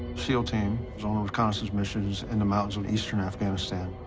seal team was on a reconnaissance mission in the mountains of eastern afghanistan.